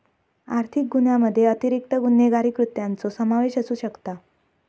आर्थिक गुन्ह्यामध्ये अतिरिक्त गुन्हेगारी कृत्यांचो समावेश असू शकता